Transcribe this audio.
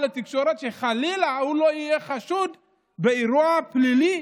לתקשורת שחלילה הוא לא יהיה חשוד באירוע פלילי,